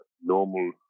normal